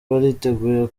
bariteguye